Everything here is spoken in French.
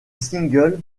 single